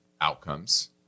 outcomes